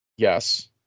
Yes